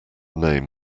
name